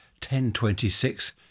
1026